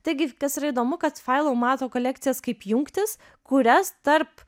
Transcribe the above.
taigi kas yra įdomu kad failau mato kolekcijas kaip jungtis kurias tarp